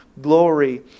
glory